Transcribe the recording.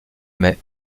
mai